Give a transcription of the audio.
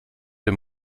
dem